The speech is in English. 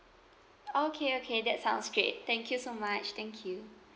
okay okay that sounds great thank you so much thank you